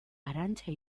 arantxa